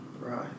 Right